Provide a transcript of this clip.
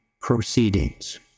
proceedings